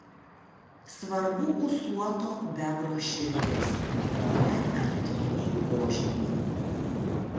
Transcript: svarbu ūsuoto bebro širdis o ne antriniai požymiai